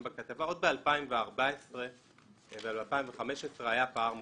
עוד ב-2015 היה פער מובנה.